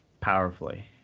powerfully